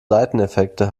seiteneffekte